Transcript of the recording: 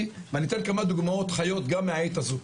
ואני אתן כמה דוגמאות חיות גם מהעת הזאת.